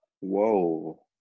Whoa